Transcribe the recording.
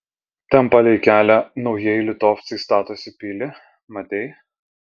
ten palei kelią naujieji litovcai statosi pilį matei